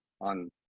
on